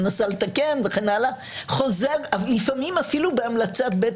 מנסה לתקן וכן הלאה לפעמים אפילו בהמלצת בית